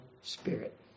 Spirit